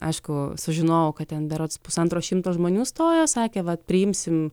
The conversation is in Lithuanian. aišku sužinojau kad ten berods pusantro šimto žmonių stojo sakė vat priimsim